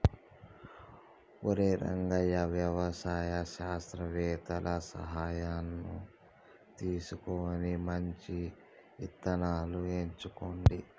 ఒరై రంగయ్య వ్యవసాయ శాస్త్రవేతల సలహాను తీసుకొని మంచి ఇత్తనాలను ఎంచుకోండి